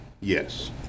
yes